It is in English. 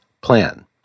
plan